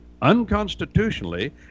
unconstitutionally